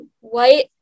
white